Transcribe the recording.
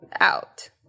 out